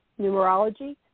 numerology